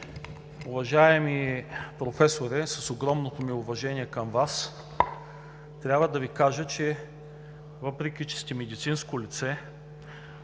Уважаеми Професоре, с огромното ми уважение към Вас, трябва да Ви кажа, въпреки че сте медицинско лице,